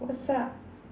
what's up